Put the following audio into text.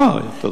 אה, תודה.